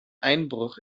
einbruch